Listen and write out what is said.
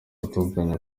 atangazwa